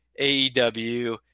AEW